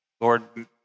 Lord